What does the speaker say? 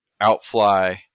outfly